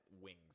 wings